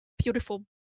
Beautiful